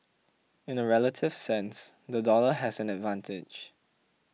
in a relative sense the dollar has an advantage